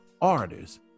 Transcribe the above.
artists